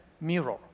mirror